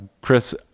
Chris